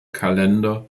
kalender